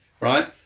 right